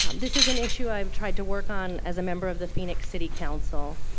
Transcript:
um this is an issue i've tried to work on as a member of the phoenix city council.